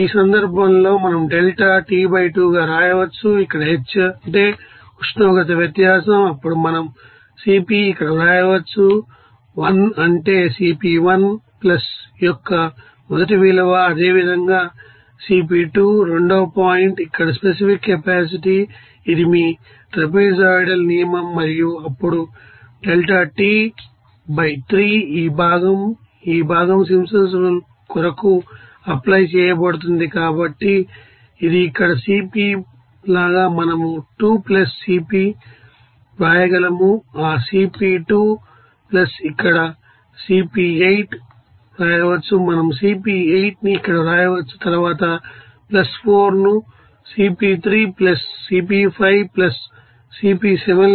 ఈ సందర్భంలో మనం డెల్టా T 2గా వ్రాయవచ్చు ఇక్కడ h అంటే ఉష్ణోగ్రత వ్యత్యాసం అప్పుడు మనం Cp ఇక్కడ వ్రాయవచ్చు 1 అంటే Cp1 యొక్క మొదటి విలువ అదే విధంగా Cp2రెండవ పాయింట్ ఇక్కడ స్పెసిఫిక్ కెపాసిటీ ఇది మీ ట్రాపెజోయిడల్ నియమం మరియు అప్పుడు డెల్టా T బై 3 ఈ భాగం ఈ భాగం సింప్సన్ రూల్ కొరకు అప్లై చేయబడుతుంది కాబట్టి ఇది ఇక్కడ Cp లాగా మనం 2 Cp వ్రాయగలము ఆ Cp2 ఇక్కడ Cp8 వ్రాయవచ్చు మనం Cp8 ని ఇక్కడ వ్రాయవచ్చు తరువాత ప్లస్ 4 ను Cp3 Cp5 Cp7